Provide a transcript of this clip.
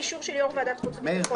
באישור של יו"ר ועדת החוץ והביטחון,